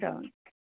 हुन्छ